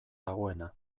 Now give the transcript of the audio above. dagoena